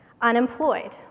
unemployed